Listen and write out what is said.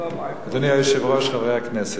אדוני היושב-ראש, חברי הכנסת,